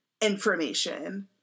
information